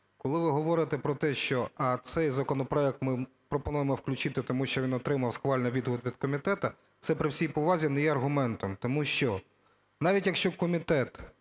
Коли ви говорите про те, що цей законопроект ми пропонуємо включити, тому що він отримав схвальний відгук від комітету, це, при всій повазі, не є аргументом. Тому що навіть, якщо комітет